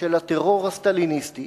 של הטרור הסטליניסטי